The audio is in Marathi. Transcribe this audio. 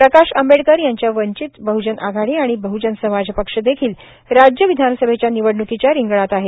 प्रकाश आंबेडकर यांच्या वंचित बह्जन आघाडी आणि बह्जन समाज पक्ष देखील राज्य विधानसभेच्या निवडणुकीच्या रिंगणात आहेत